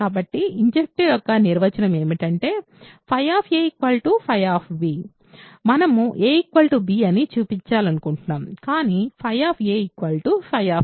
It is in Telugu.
కాబట్టి ఇన్జెక్టివిటి యొక్క నిర్వచనం ఏమిటంటే మనము a b అని చూపించాలనుకుంటున్నాము